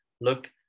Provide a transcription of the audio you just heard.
Look